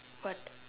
but